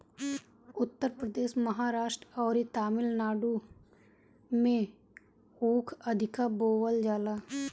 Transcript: उत्तर प्रदेश, महाराष्ट्र अउरी तमिलनाडु में ऊख अधिका बोअल जाला